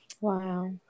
Wow